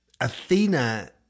Athena